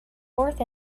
fourth